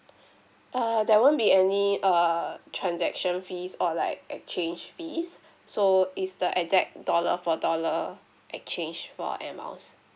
uh there won't be any err transaction fees or like exchange fees so it's the exact dollar for dollar exchange for airmiles